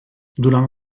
durant